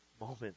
moment